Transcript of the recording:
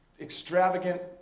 extravagant